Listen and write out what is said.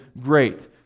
great